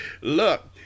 Look